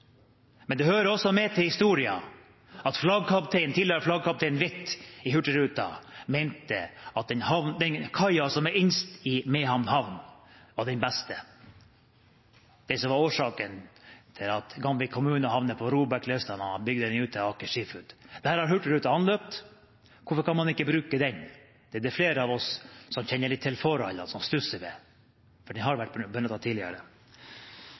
Men det hører også med til historien at tidligere flaggkaptein With i Hurtigruten mente at den kaia som er innerst i Mehamn havn, var den beste. Det var det som var årsaken til at Gamvik kommune havnet på ROBEK-listen da man bygget den ut til Aker Seafoods. Der har Hurtigruten anløpt. Hvorfor kan man ikke bruke den? Det er det flere av oss som kjenner litt til forholdene, som stusser ved, for den har vært benyttet tidligere.